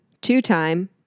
two-time